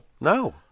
No